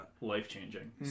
life-changing